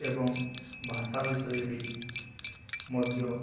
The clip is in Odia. ଏବଂ ଭାଷା ବିଷୟରେ ମଧ୍ୟ